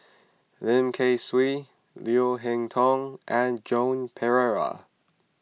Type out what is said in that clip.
Lim Kay Siu Leo Hee Tong and Joan Pereira